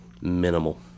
minimal